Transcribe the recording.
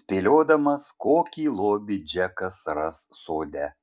spėliodamas kokį lobį džekas ras sode